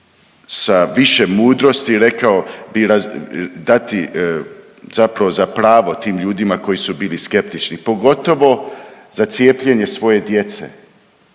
sa više mudrosti, rekao bih dati zapravo za pravo tim ljudima koji su bili skeptični, pogotovo za cijepljenje svoje djece.